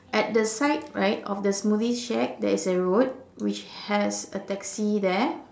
at the side right of the smoothie shack there is a road which has a taxi there